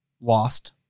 lost